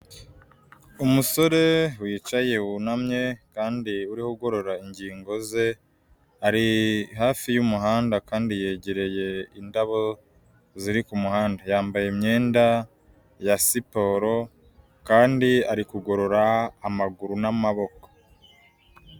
Umusore wicaye wunamye kandi uriho ugorora ingingo ze, ari hafi y'umuhanda kandi yegereye indabo ziri ku muhanda. Yambaye imyenda ya siporo kandi ari kugorora amaguru n'amaboko.